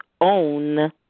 own